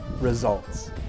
results